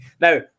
Now